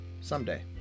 Someday